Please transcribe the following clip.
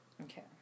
Okay